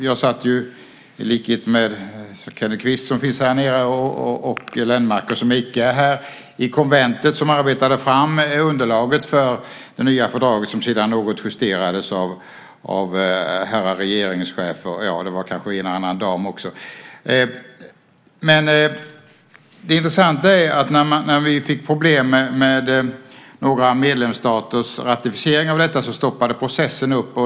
Jag satt i likhet med Kenneth Kvist, som finns här, och Lennmarker, som icke är här, i konventet som arbetade fram underlaget för det nya fördraget som sedan något justerades av herrar regeringschefer. Det var kanske en och annan dam med också. Det intressanta är att processen stoppades upp när vi fick problem med några medlemsstaters ratificering av detta.